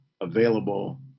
available